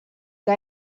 que